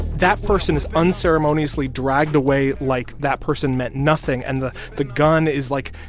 that person is unceremoniously dragged away like that person meant nothing. and the the gun is, like,